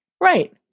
Right